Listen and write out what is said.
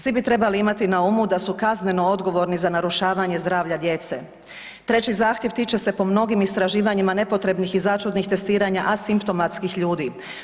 Svi bi trebali imati na umu da su kazneno odgovorni za narušavanje zdravlja djece.“ Treći zahtjev tiče se po mnogim istraživanjima nepotrebnih i začudnih testiranja asimptomatskih ljudi.